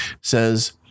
says